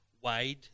wide